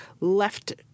left